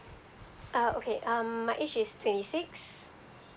uh okay um my age is twenty six